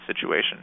situation